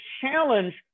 challenge